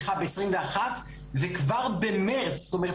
וכבר במרץ - כלומר,